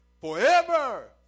Forever